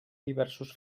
diversos